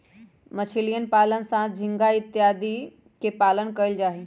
मछलीयन पालन के साथ झींगा इत्यादि के भी पालन कइल जाहई